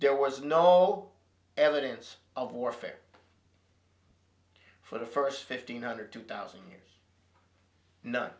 there was no evidence of warfare for the first fifteen hundred two thousand